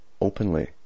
openly